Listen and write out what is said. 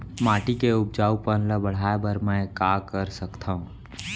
माटी के उपजाऊपन ल बढ़ाय बर मैं का कर सकथव?